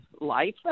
life